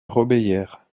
robéyère